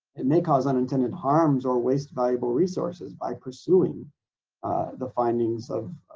it may cause unintended harms or waste valuable resources by pursuing the findings of.